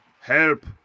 help